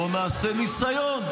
בואו נעשה ניסיון,